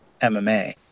MMA